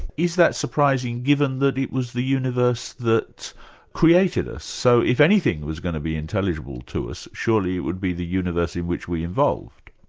is that surprising given that it was the universe that created us? so if anything was going to be intelligible to us, surely it would be the universe in which we involved.